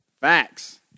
Facts